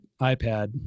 iPad